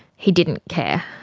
he didn't care.